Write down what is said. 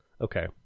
Okay